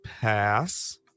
pass